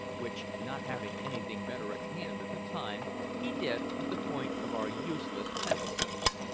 which, not having anything better at hand at the time, he did with the point of our useless pencil-case.